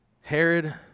Herod